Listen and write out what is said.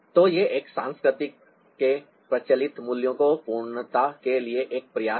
तो यह एक संस्कृति के प्रचलित मूल्यों में पूर्णता के लिए एक प्रयास है